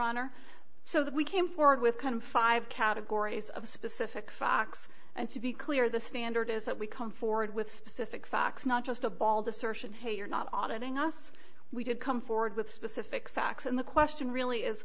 honor so that we came forward with kind of five categories of specific facts and to be clear the standard is that we come forward with specific facts not just a bald assertion hey you're not audit ing us we did come forward with specific facts and the question really is